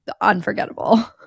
unforgettable